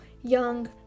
young